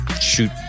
shoot